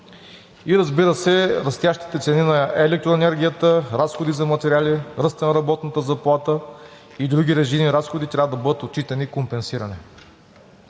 И разбира се, растящите цени на електроенергията, разходите за материали, ръстът на работната заплата и други режийни разходи трябва да бъдат отчитани и компенсирани.